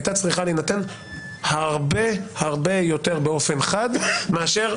הייתה צריכה להינתן הרבה הרבה יותר באופן חד מאשר